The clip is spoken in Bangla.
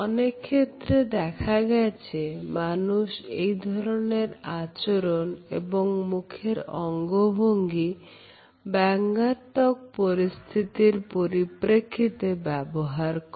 অনেক ক্ষেত্রে দেখা গেছে মানুষ এই ধরনের আচরণ এবং মুখের অঙ্গভঙ্গি ব্যঙ্গাত্মক পরিস্থিতির পরিপ্রেক্ষিতে ব্যবহার করে